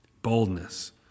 Boldness